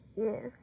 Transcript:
Yes